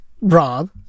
Rob